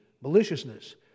maliciousness